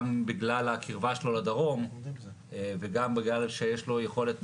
גם בגלל הקרבה שלו לדרום וגם בגלל שיש לו יכולת